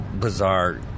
bizarre